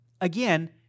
Again